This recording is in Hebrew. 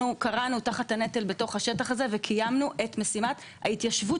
אנחנו כרענו תחת הנטל בתוך השטח הזה וקיימנו את משימת ההתיישבות